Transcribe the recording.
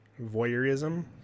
voyeurism